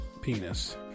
penis